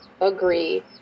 agree